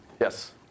Yes